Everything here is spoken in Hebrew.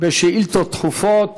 בשאילתות דחופות.